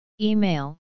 Email